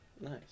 Nice